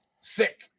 sick